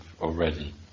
already